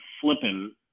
flipping